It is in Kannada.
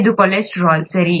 ಇದು ಕೊಲೆಸ್ಟ್ರಾಲ್ ಸರಿ